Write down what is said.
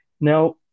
Now